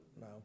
No